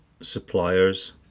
suppliers